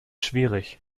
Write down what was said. schwierig